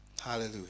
Hallelujah